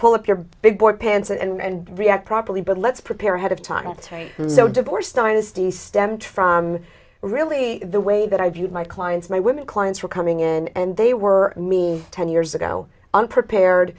pull up your big boy pants and react properly but let's prepare ahead of time no divorce dynasty stemmed from really the way that i viewed my clients my women clients were coming in and they were me ten years ago unprepared